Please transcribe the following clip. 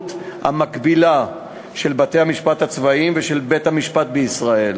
המקבילה של בתי-המשפט הצבאיים ושל בית-המשפט בישראל,